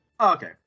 Okay